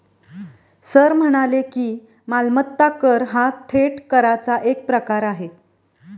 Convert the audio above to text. sir म्हणाले की, मालमत्ता कर हा थेट कराचा एक प्रकार आहे